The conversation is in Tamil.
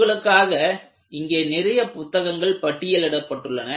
உங்களுக்காக இங்கே நிறைய புத்தகங்கள் பட்டியலிடப்பட்டுள்ளன